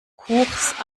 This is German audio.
kuchs